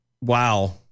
Wow